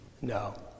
No